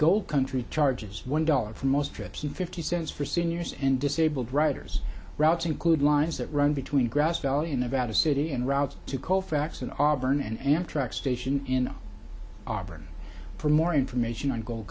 goal country charges one dollar for most trips and fifty cents for seniors and disabled riders routes include lines that run between grass valley in nevada city en route to colfax in auburn an amtrak station in auburn for more information on go